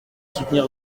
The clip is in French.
soutenir